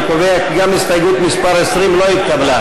אני קובע כי גם הסתייגות מס' 20 לא התקבלה.